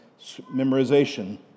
memorization